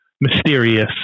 mysterious